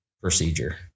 procedure